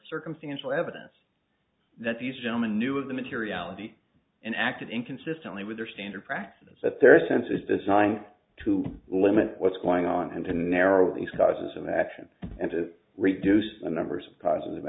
circumstantial evidence that these gentlemen knew of the materiality and acted inconsistently with their standard practices that their sense is designed to limit what's going on and to narrow these causes of action and to reduce the numbers of positive